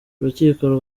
urukiko